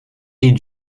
est